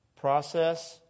process